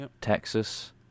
Texas